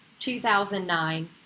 2009